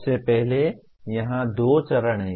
सबसे पहले यहां दो चरण हैं